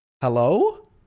hello